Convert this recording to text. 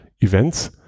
events